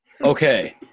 okay